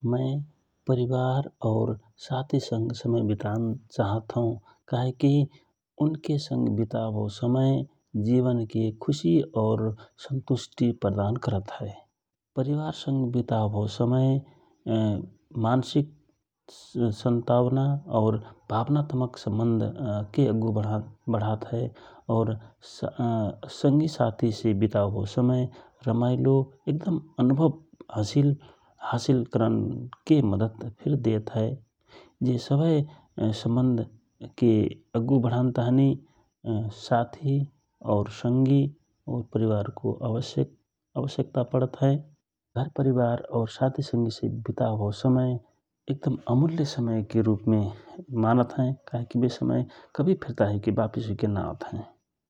परवार और साथी संग समय वितान चाहत हौ । का हे कि उनके संग विताओ भव समय जिवनके खुशि और संतुष्टि प्रदान करत हए । परिवार संग विताओ समय मानसिक सन्तवना औ भावनात्मक सम्बन्ध के अग्गु वढात हए और संगि साथिसे विताओ समय रमाइलो एकदम हाँसिल करन के मद्दत फिर देत हए । जे सवय सम्बन्धके अग्गु बढान तहनी साथी, संगि औ परिवारको आवश्यक्ता पडत हए । घरपरिवार और साथि संगि से विताओ भव समय एक दम अमूल्य समयके रूपमे मानत हए कहेकि बे समय कभि वपिस हुइके ना आनवाले हए ।